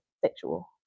sexual